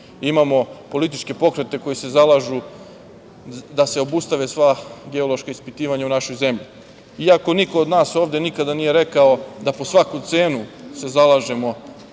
imamo političke pokrete koji se zalažu da se obustave sva geološka ispitivanja u našoj zemlji. Iako niko od nas nije ovde nikada nije rekao da po svaku cenu se zalažemo